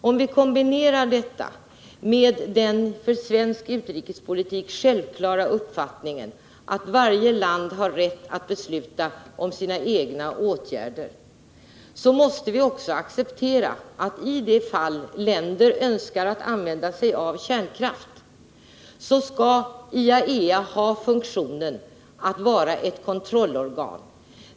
Om vi kombinerar detta med den för svensk utrikespolitik självklara uppfattningen att varje land har rätt att besluta om sina egna åtgärder, så måste vi också acceptera att i de fall länder önskar använda sig av kärnkraft skall IAEA ha funktionen att vara ett kontrollorgan.